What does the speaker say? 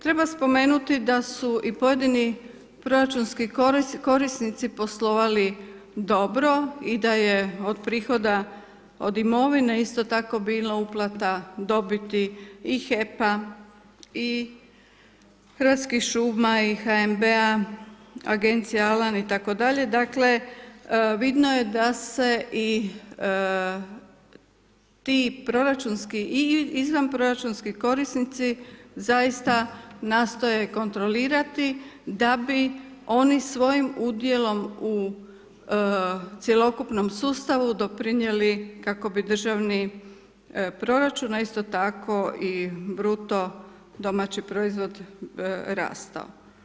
Treba spomenuti da su i pojedini proračunski korisnici poslovali dobro i da je od prihoda od imovine isto tako bilo uplata dobiti i HEP-a i Hrvatskih šuma i HNB-a, Agencija Alan itd. dakle vidno je da se i ti proračunski i izvan proračunski korisnici zaista nastoje kontrolirati da bi oni svojim udjelom u cjelokupnom sustavu doprinijeli kako bi državni proračun a isto tako i bruto domaći proizvod rastao.